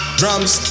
drums